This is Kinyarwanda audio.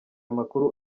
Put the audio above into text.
makuru